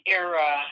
era